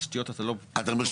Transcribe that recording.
תשתיות אתה לא --- אתה אומר,